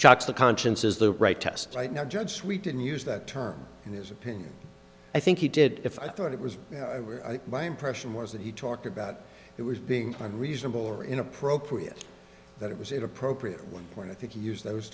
shocks the conscience is the right test right now judge we didn't use that term in his opinion i think he did if i thought it was my impression was that he talked about it was being unreasonable or inappropriate that it was it appropriate when i think use those